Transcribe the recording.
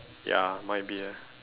ya might be eh